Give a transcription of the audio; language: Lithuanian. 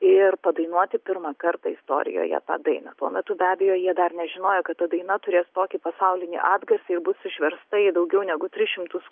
ir padainuoti pirmą kartą istorijoje tą dainą tuo metu be abejo jie dar nežinojo kad ta daina turės tokį pasaulinį atgarsį ir bus išversta į daugiau negu tris šimtus